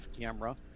camera